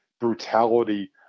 brutality